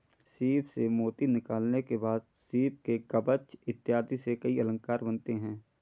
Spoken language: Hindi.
सीप से मोती निकालने के बाद सीप के कवच इत्यादि से कई अलंकार बनते हैं